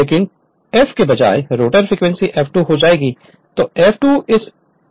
लेकिन f के बजाय रोटर फ्रीक्वेंसी F2 हो जाएगी और F2 इस L के लिए sf हो जाएगा